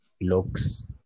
looks